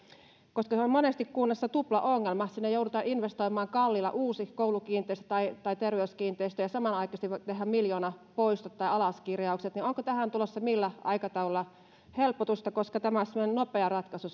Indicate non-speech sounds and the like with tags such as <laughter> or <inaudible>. koska se on monesti kunnassa tuplaongelma sinne joudutaan investoimaan kalliilla uusi koulukiinteistö tai tai terveyskiinteistö ja samanaikaisesti tehdään miljoonapoistot tai alaskirjaukset onko tähän tulossa millä aikataululla helpotusta tämä olisi semmoinen nopea ratkaisu <unintelligible>